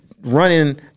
Running